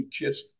kids